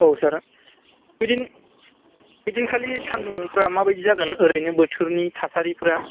औ सार ओइदिन ओइदिनखालि सानदुंफोरा माबायदि जागोन ओरैनो बोथोरनि थासारिफोरा